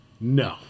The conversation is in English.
no